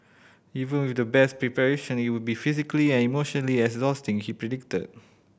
even with the best preparation it will be physically and emotionally exhausting he predicted